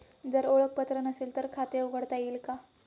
जर ओळखपत्र नसेल तर खाते उघडता येईल का?